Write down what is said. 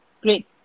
great